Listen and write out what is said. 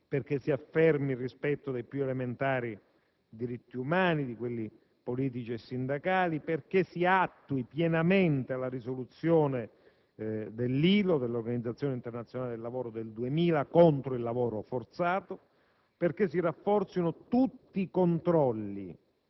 si arrivi alla liberazione di Aung San Suu Kyi; perché si affermi il rispetto dei più elementari diritti umani, di quelli politici e sindacali; perché si attui pienamente la risoluzione dell'ILO (l'Organizzazione internazionale del lavoro) del 2000, contro il lavoro forzato;